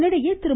இதனிடையே திரு